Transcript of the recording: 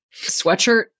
sweatshirt